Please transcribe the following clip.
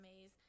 maze